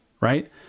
Right